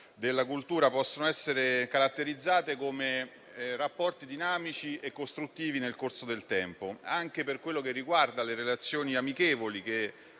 della cultura possono essere caratterizzate come rapporti dinamici e costruttivi nel corso del tempo, anche per quello che riguarda i rapporti amichevoli